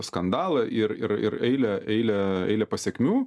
skandalą ir ir ir eilę eilę eilę pasekmių